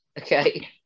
Okay